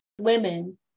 women